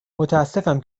متأسفم